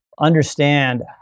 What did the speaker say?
understand